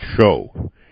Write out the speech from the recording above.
show